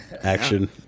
action